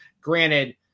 granted